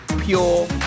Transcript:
Pure